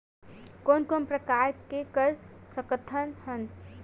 कोन कोन प्रकार के कर सकथ हन?